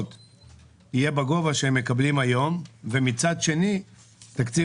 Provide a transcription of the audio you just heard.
יהיה בגובה שהם מקבלים היום ומצד שני תקציב